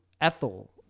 Ethel